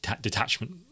detachment